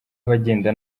abagenda